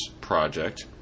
project